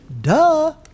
duh